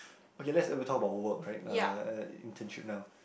okay let's if you talk about work right uh uh internship now